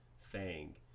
Fang